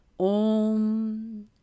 Om